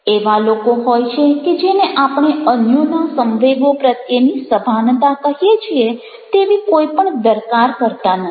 એવા લોકો હોય છે કે જેને આપણે અન્યોના સંવેગો પ્રત્યેની સભાનતા કહીએ છીએ તેવી કોઈ પણ દરકાર કરતા નથી